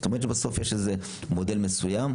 זאת אומרת שבסוף יש איזה מודל מסוים,